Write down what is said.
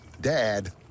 Dad